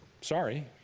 sorry